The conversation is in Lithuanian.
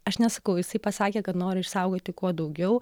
aš nesakau jisai pasakė kad nori išsaugoti kuo daugiau